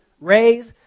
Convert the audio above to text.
raise